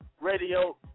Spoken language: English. Radio